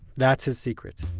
that's his secret.